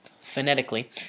phonetically